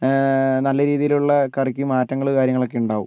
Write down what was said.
നല്ല രീതിയിലുള്ള കറിക്ക് മാറ്റങ്ങൾ കാര്യങ്ങളൊക്കെ ഉണ്ടാവും